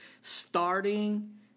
starting